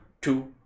two